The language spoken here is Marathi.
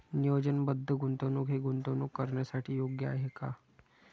नियोजनबद्ध गुंतवणूक हे गुंतवणूक करण्यासाठी योग्य आहे का?